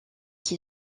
qui